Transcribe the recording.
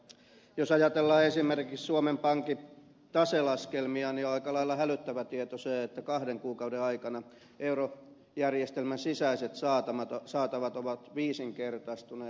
jos ajatellaan esimerkiksi suomen pankin taselaskelmia niin on aika lailla hälyttävä tieto se että kahden kuukauden aikana eurojärjestelmän sisäiset saatavat ovat viisinkertaistuneet